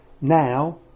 now